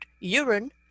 urine